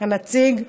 הנציג.